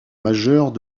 majeurs